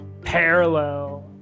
Parallel